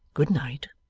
good night